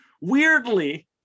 Weirdly